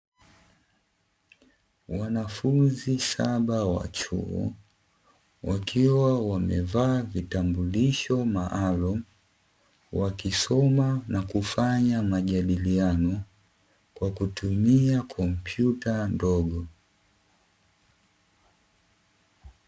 Wanafunzi saba wa chuo, wakiwa wamevaa vitambulisho maalumu, wakisoma na kufanya majadiliano, wakitumia kompyuta ndogo.